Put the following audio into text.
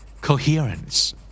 Coherence